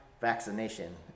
vaccination